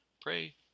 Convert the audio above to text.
Pray